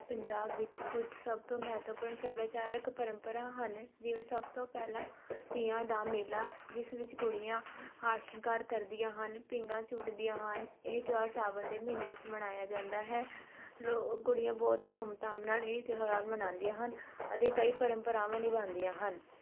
ਪੰਜਾਬ ਵਿੱਚ ਕੁਝ ਸਭ ਤੋਂ ਮਹੱਤਵਪੂਰਨ ਸੱਭਿਆਚਾਰਕ ਪਰੰਪਰਾ ਹਨ ਜਿਵੇਂ ਸਭ ਤੋਂ ਪਹਿਲਾਂ ਤੀਆਂ ਦਾ ਮੇਲਾ ਜਿਸ ਵਿੱਚ ਕੁੜੀਆਂ ਹਾਰ ਸ਼ਿੰਗਾਰ ਕਰਦੀਆਂ ਹਨ ਪੀਂਘਾਂ ਝੂਟਦੀਆਂ ਹਨ ਇਹ ਤਿਉਹਾਰ ਸਾਉਣ ਦੇ ਮਹੀਨੇ ਵਿੱਚ ਮਨਾਇਆ ਜਾਂਦਾ ਹੈ ਲੋ ਕੁੜੀਆਂ ਬਹੁਤ ਹੀ ਧੂਮਧਾਮ ਨਾਲ ਇਹ ਤਿਉਹਾਰ ਮਨਾਉਂਦੀਆਂ ਹਨ ਅਤੇ ਕਈ ਪਰੰਪਰਾਵਾਂ ਨਿਭਾਉਂਦੀਆਂ ਹਨ